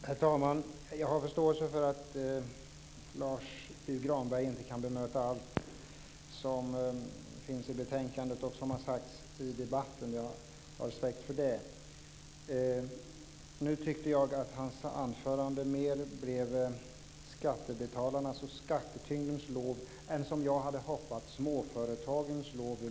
Herr talman! Jag har förståelse för att Lars U Granberg inte kan bemöta allt som finns i betänkandet och som har sagts i debatten. Jag har respekt för det. Jag tycker att hans anförande mer blev skattebetalarnas och skattetyngdens lov än småföretagens lov ur beskattningssynpunkt, vilket jag hade hoppats.